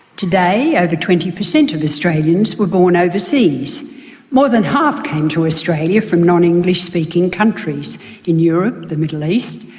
today, over twenty percent of australians were born overseas more than half came to australia from non-english speaking countries in europe, the middle east,